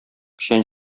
печән